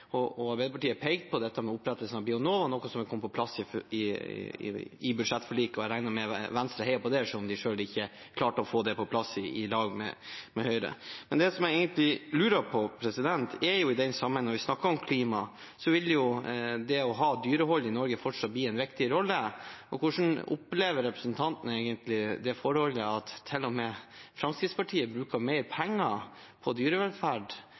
og Arbeiderpartiet pekt på, dette med opprettelsen av Bionova, noe som er kommet på plass i budsjettforliket. Jeg regner med at Venstre heier på det, selv om de selv ikke klarte å få det på plass i lag med Høyre. Men det jeg egentlig lurer på, er: I den sammenheng, når vi snakker om klima, vil jo det å drive med dyrehold i Norge fortsatt spille en viktig rolle. Hvordan opplever representanten egentlig det forholdet at til og med Fremskrittspartiet bruker mer penger på dyrevelferd,